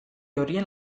horien